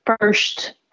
first